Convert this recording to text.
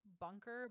bunker